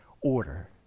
order